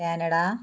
Canada